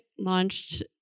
launched